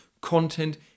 content